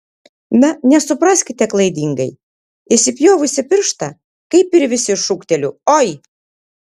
na nesupraskite klaidingai įsipjovusi pirštą kaip ir visi šūkteliu oi